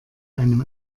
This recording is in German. einem